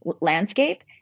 landscape